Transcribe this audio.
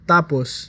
Tapos